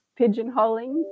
pigeonholing